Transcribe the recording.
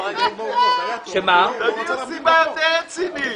תמצאו סיבה יותר רצינית.